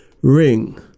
Ring